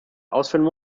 ausführen